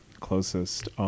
closest